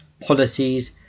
policies